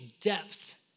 depth